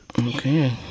Okay